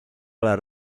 ole